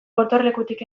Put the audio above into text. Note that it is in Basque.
gotorlekutik